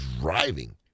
driving